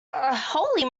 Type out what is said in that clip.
holy